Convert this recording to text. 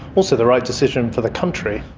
also the right decision for the country.